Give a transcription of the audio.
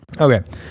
Okay